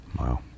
Wow